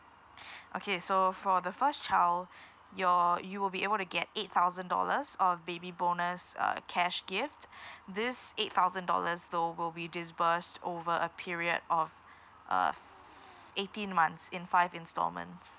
okay so for the first child you're you will be able to get eight thousand dollars of baby bonus uh cash gift this eight thousand dollars though will we disbursed over a period of uh f~ eighteen months in five installments